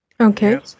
Okay